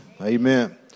Amen